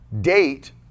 date